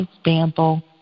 example